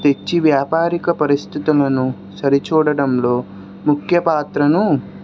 తెచ్చి వ్యాపారిక పరిస్థితులను సరిచూడడంలో ముఖ్యపాత్రను